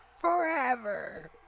FOREVER